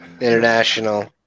international